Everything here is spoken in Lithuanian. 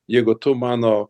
jeigu tu mano